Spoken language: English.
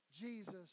Jesus